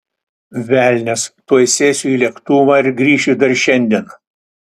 velnias tuoj sėsiu į lėktuvą ir grįšiu dar šiandien